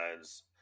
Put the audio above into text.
Sides